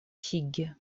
хигги